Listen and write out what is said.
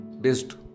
based